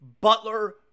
Butler